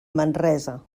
manresa